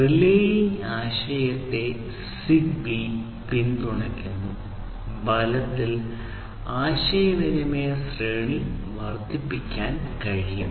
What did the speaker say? relaying ആശയത്തെ Zigbee പിന്തുണയ്ക്കുന്നു ഫലത്തിൽ ആശയവിനിമയ ശ്രേണി വർദ്ധിപ്പിക്കാൻ കഴിയും